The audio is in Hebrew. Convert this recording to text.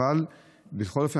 אבל בכל אופן,